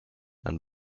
and